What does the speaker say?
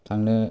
थांनो